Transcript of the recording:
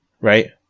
Right